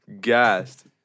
Gassed